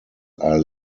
are